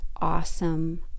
awesome